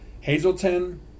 Hazleton